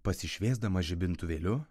pasišviesdamas žibintuvėliu